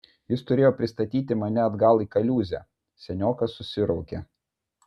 jis turėjo pristatyti mane atgal į kaliūzę seniokas susiraukė